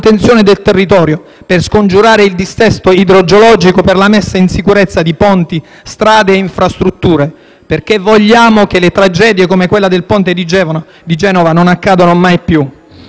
del territorio, per scongiurare il dissesto idrogeologico, per la messa in sicurezza di ponti, strade e infrastrutture, perché vogliamo che tragedie come quella del ponte di Genova non accadono mai più.